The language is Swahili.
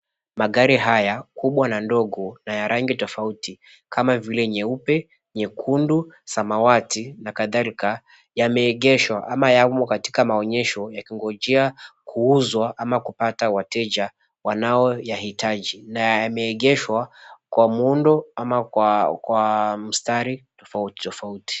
Magari haya kubwa na ndogo na ya rangi tofauti kama vile nyeupe, nyekundu, samawati na kadhalika yameegeshwa ama yamo katika maonyesho yakingojea kuuzwa ama kupata wateja wanaoyahitaji na yameegeshwa kwa muundo ama kwa mistari tofauti tofauti.